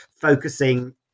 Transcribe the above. focusing